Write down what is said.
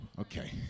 Okay